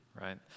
right